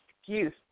excuse